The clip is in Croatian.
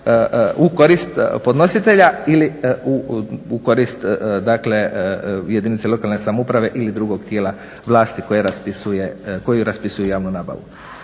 u korist podnositelja ili u korist dakle jedinice lokalne samouprave ili drugog tijela vlasti koje raspisuje javnu nabavu.